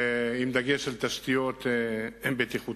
עם דגש על תשתיות בטיחותיות,